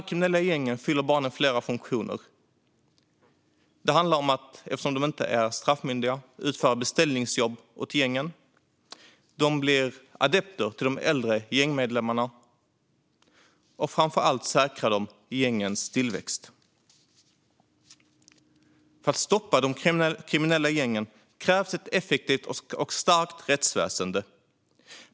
Barnen fyller flera funktioner för de kriminella gängen. Eftersom de inte är straffmyndiga handlar det om att utföra beställningsjobb åt gängen. De blir adepter till de äldre gängmedlemmarna, och framför allt säkrar de gängens tillväxt. För att stoppa de kriminella gängen krävs ett effektivt och starkt rättsväsen.